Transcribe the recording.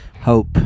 hope